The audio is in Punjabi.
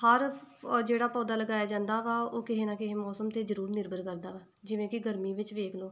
ਹਰ ਜਿਹੜਾ ਪੌਦਾ ਲਗਾਇਆ ਜਾਂਦਾ ਵਾ ਉਹ ਕਿਸੇ ਨਾ ਕਿਸੇ ਮੌਸਮ 'ਤੇ ਜ਼ਰੂਰ ਨਿਰਭਰ ਕਰਦਾ ਵਾ ਜਿਵੇਂ ਕਿ ਗਰਮੀ ਵਿੱਚ ਵੇਖ ਲਓ